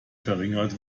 verringert